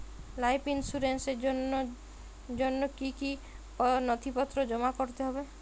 Life ইন্সুরেন্সর জন্য জন্য কি কি নথিপত্র জমা করতে হবে?